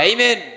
Amen